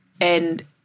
And-